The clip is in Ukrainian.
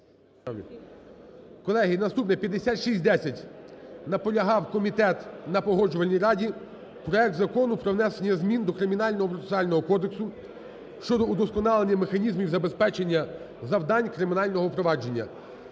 Колеги, наступне, 5610. Наполягав комітет на Погоджувальній раді. Проект Закону про внесення змін до Кримінального процесуального кодексу (щодо удосконалення механізмів забезпечення завдань кримінального провадження).